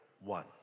one